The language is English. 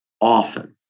often